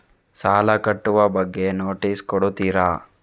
ಸಾಲ ಕಟ್ಟುವ ಬಗ್ಗೆ ನೋಟಿಸ್ ಕೊಡುತ್ತೀರ?